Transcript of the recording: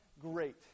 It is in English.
great